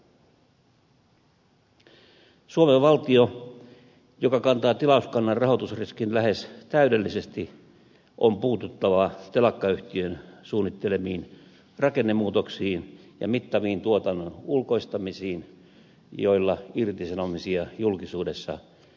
suomen valtion joka kantaa tilauskannan rahoitusriskin lähes täydellisesti on puututtava telakkayhtiön suunnittelemiin rakennemuutoksiin ja mittaviin tuotannon ulkoistamisiin joilla irtisanomisia julkisuudessa perustellaan